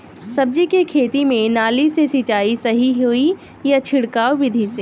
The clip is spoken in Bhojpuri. सब्जी के खेती में नाली से सिचाई सही होई या छिड़काव बिधि से?